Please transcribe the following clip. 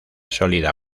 sólida